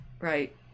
right